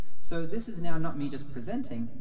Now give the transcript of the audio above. so this is now not me just presenting.